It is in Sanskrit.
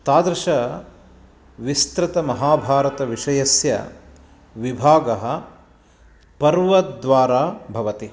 तादृशविस्तृतमहाभारतविषयस्य विभागः पर्वद्वारा भवति